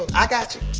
i gotchu.